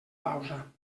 pausa